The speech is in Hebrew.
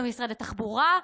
לא ממשרד התחבורה,